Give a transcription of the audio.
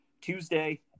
Tuesday